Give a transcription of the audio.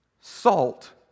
salt